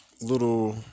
little